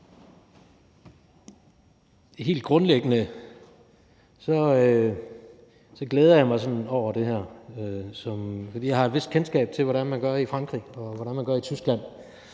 Helt grundlæggende glæder jeg mig sådan over det her, som jeg har et vist kendskab til hvordan man gør i Frankrig og hvordan